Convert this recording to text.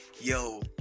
yo